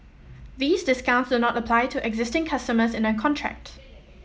these discounts do not apply to existing customers in a contract